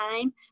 time